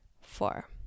four